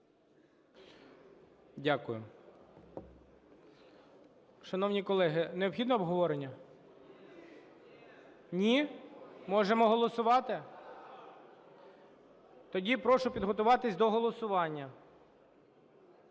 Дякую. Шановні колеги, необхідно обговорення? Ні? Можемо голосувати? Тоді прошу підготуватися до голосування.